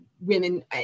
women